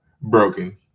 broken